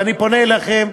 ואני פונה אליכם,